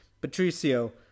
Patricio